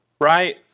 right